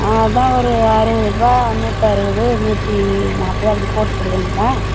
ஆ அதுதான் ஒரு அறுபது ரூவா நூற்றறுவது நூற்றி நாற்பது அப்படி போட்டு கொடுக்குறீங்களா